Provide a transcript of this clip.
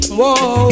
whoa